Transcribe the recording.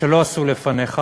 שלא עשו לפניך.